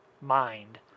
mind